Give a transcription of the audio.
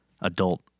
adult